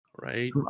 Right